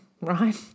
right